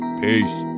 Peace